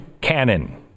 Cannon